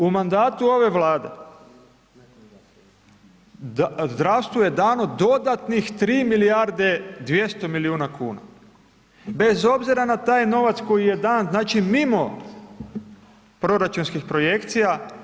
U mandatu ove Vlade zdravstvu je dano dodatnih 3 milijarde 200 milijuna kuna bez obzira na taj novac koji je dan, znači, mimo proračunskih projekcija.